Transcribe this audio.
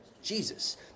Jesus